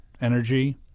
energy